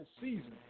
season